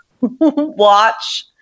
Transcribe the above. watch